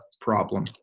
problem